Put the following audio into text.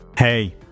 Hey